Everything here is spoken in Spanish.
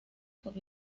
por